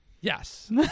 yes